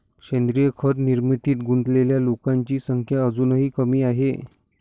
सेंद्रीय खत निर्मितीत गुंतलेल्या लोकांची संख्या अजूनही कमी आहे